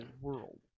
world